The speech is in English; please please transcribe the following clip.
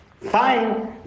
Fine